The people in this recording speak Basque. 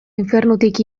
infernutik